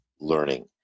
learning